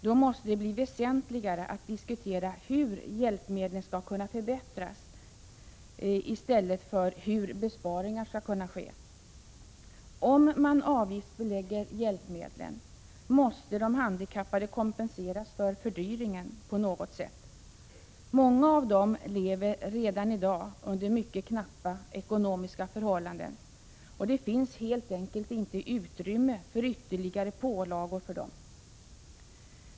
Då måste det också bli väsentligare att diskutera hur hjälpmedlen skall kunna förbättras i stället för hur besparingar skall kunna ske. Om man avgiftsbelägger hjälpmedlen måste de handikappade kompenseras för fördyringen på något sätt. Många av dem lever redan i dag under mycket knappa ekonomiska förhållanden, och det finns helt enkelt inte utrymme för ytterligare pålagor för dem.